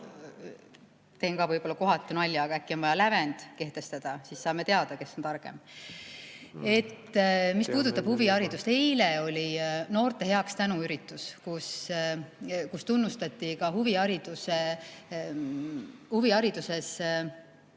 teen ka võib-olla kohatu nalja, aga äkki on vaja lävend kehtestada, siis saame teada, kes on targem. Mis puudutab huviharidust, siis eile oli noorte heaks tänuüritus, kus tunnustati ka huvihariduses